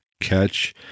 catch